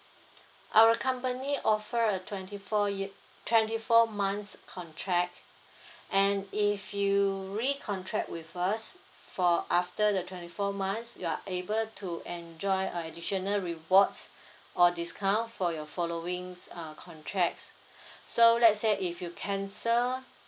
our company offer a twenty four year twenty four months contract and if you really contract with us for after the twenty four months you are able to enjoy a additional rewards or discount for your followings uh contract so let's say if you cancelled